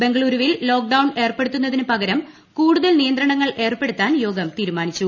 ബംഗളൂരുവിൽ ലോക്ഡൌൺ ഏർപ്പെടുത്തുന്നതിന് പകരം കൂടുതൽ നിയന്ത്രണങ്ങൾ ഏർപ്പെടുത്താൻ യോഗം തീരുമാനിച്ചു